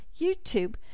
YouTube